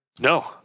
No